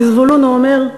לזבולון הוא אומר: